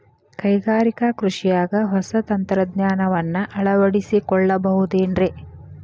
ಕೈಗಾರಿಕಾ ಕೃಷಿಯಾಗ ಹೊಸ ತಂತ್ರಜ್ಞಾನವನ್ನ ಅಳವಡಿಸಿಕೊಳ್ಳಬಹುದೇನ್ರೇ?